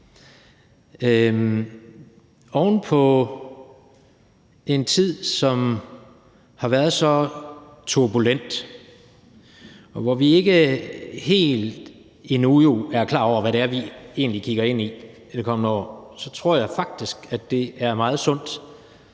Oven på en tid, som har været så turbulent, og hvor vi jo endnu ikke helt er klar over, hvad det er, vi egentlig kigger ind i i det kommende år, så tror jeg faktisk, det er meget sundt